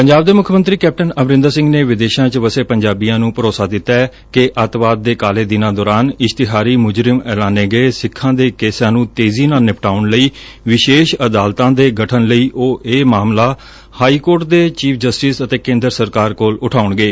ਪੰਜਾਬ ਦੇ ਮੁੱਖ ਮੰਤਰੀ ਕੈਪਟਨ ਅਮਰਿੰਦਰ ਸਿੰਘ ਨੇ ਵਿਦੇਸ਼ਾਂ ਚ ਵਸੇ ਪੰਜਾਬੀਆਂ ਨੂੰ ਭਰੋਸਾ ਦਿੱਤੈ ਕਿ ਅਤਿਵਾਦ ਦੇ ਕਾਲੇ ਦਿਨਾਂ ਦੌਰਾਨ ਇਸ਼ਤਿਹਾਰੀ ਮੁਜਰਿਮ ਐਲਾਨੇ ਗਏ ਸਿੱਖਾਂ ਦੇ ਕੇਸਾਂ ਨੂੰ ਤੇਜੀ ਨਾਲ ਨਿਪਟਾਉਣ ਲਈ ਵਿਸ਼ੇਸ਼ ਅਦਾਲਤਾਂ ਦੇ ਗਠਨ ਲਈ ਉਹ ਇਹ ਮਾਮਲਾ ਹਾਈਕੋਰਟ ਦੇ ਚੀਫ਼ ਜਸਟਿਸ ਅਤੇ ਕੇਦਰ ਸਰਕਾਰ ਕੋਲ ਉਠਾਉਣਗੇ